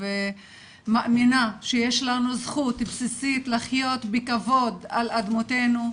ומאמינה שיש לנו זכות בסיסית לחיות בכבוד על אדמותינו.